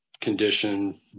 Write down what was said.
condition